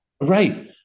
Right